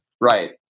right